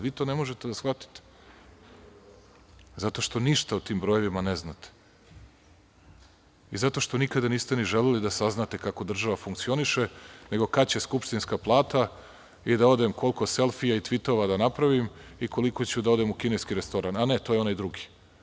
Vi to ne možete da shvatite zato što ništa o tim brojevima ne znate i zato što nikada niste ni želeli da saznate kako država funkcioniše, nego kada će skupštinska plata i da odem, koliko selfija i tvitova da napravim i koliko ću da odem u kineski restoran, a ne, to je onaj drugi.